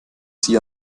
sie